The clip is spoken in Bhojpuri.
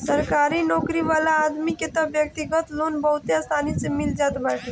सरकारी नोकरी वाला आदमी के तअ व्यक्तिगत लोन बहुते आसानी से मिल जात बाटे